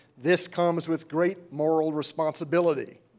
this comes with great moral responsibility.